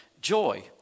joy